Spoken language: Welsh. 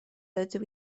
ydw